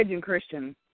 Christian